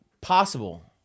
possible